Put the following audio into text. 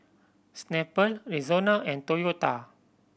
Snapple Rexona and Toyota